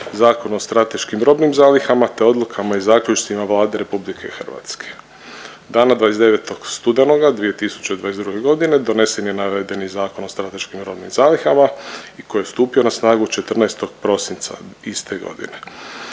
Zakona o strateškim robnim zalihama te odlukama i zaključcima Vlade RH. Dana 29. studenoga 2022. godine donesen je navedeni Zakon o strateškim robnim zalihama i koji je stupio na snagu 14. prosinca iste godine